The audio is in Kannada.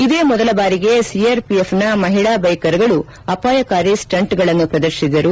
ಇದೇ ಮೊದಲ ಬಾರಿಗೆ ಸಿಆರ್ಪಿಎಫ್ ನ ಮಹಿಳಾ ಬೈಕರ್ ಗಳು ಅಪಾಯಕಾರಿ ಸ್ಪಂಟ್ ಗಳನ್ನು ಪ್ರದರ್ಶಿಸಿದರು